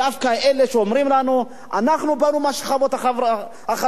דווקא אלה שאומרים לנו: אנחנו באנו מהשכבות החלשות.